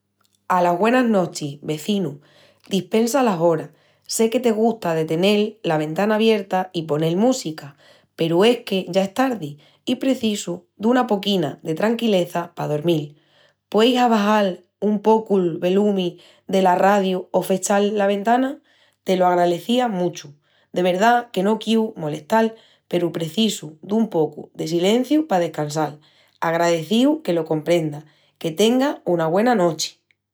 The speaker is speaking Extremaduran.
Alas güenas nochis, vezinu! Dispensa las oras. Sé que te gusta de tenel la ventana abierta i ponel música, peru es que ya es tardi i precisu duna poquina de tranquileza pa dormil. Pueis abaxal un pocu'l velumi del arradiu o fechal la ventana? Te lo agralecía muchu. De verdá que no quiu molestal peru precisu dun pocu de silenciu pa descansal. Agraecíu que lo comprendas. Que tengas una güena nochi!